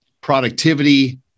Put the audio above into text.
productivity